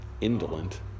Indolent